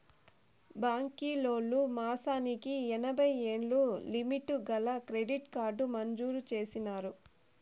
బాంకీలోల్లు మాసానికి ఎనభైయ్యేలు లిమిటు గల క్రెడిట్ కార్డు మంజూరు చేసినారు